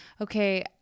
okay